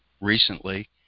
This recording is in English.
recently